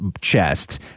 chest